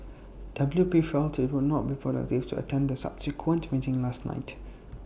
W P felt IT would not be productive to attend the subsequent meeting last night